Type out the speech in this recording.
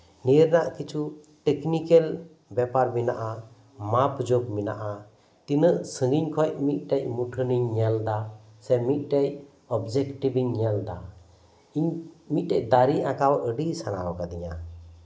ᱱᱤᱭᱟᱹ ᱨᱮᱭᱟᱜ ᱠᱤᱪᱷᱩ ᱴᱮᱠᱱᱤᱠᱮᱞ ᱵᱮᱯᱟᱨ ᱢᱮᱱᱟᱜᱼᱟ ᱢᱟᱯᱼᱡᱳᱜᱽ ᱢᱮᱱᱟᱜᱼᱟ ᱛᱤᱱᱟᱰᱜ ᱥᱟᱺᱜᱤᱧ ᱠᱷᱚᱱ ᱢᱤᱫᱴᱮ ᱢᱩᱴᱷᱟᱹᱱᱤᱧ ᱧᱮᱞ ᱮᱫᱟ ᱥᱮ ᱢᱤᱫᱴᱮᱱ ᱚᱵᱡᱮᱠᱴᱤᱵᱤᱧ ᱧᱮᱞ ᱮᱫᱟ ᱤᱧ ᱢᱤᱫᱴᱮᱱ ᱫᱟᱨᱮ ᱟᱸᱠᱟᱣ ᱟᱹᱰᱤ ᱥᱟᱱᱟᱣ ᱟᱠᱟᱫᱤᱧᱟ